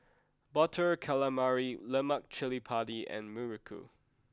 butter calamari lemak cili padi and muruku